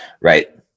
Right